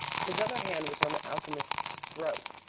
his other hand was on the alchemist's throat,